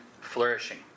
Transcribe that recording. flourishing